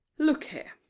look here,